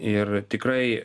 ir tikrai